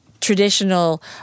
traditional